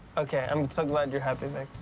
okay. i'm so glad you're happy, vick.